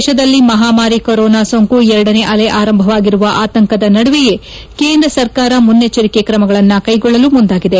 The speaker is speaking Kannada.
ದೇಶದಲ್ಲಿ ಮಹಾಮಾರಿ ಕೊರೊನಾ ಸೋಂಕು ಎರಡನೇ ಅಲೆ ಆರಂಭವಾಗಿರುವ ಆತಂಕದ ನದುವೆಯೇ ಕೇಂದ್ರ ಸರಕಾರ ಮುನ್ನೆಚ್ಚರಿಕೆ ಕ್ರಮಗಳನ್ನು ಕೈಗೊಳ್ಳಲು ಮುಂದಾಗಿದೆ